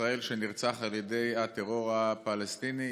ישראל שנרצח על ידי הטרור הפלסטיני.